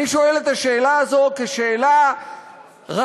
גם המחנה הציוני תומך.